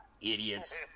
idiots